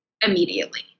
immediately